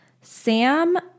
Sam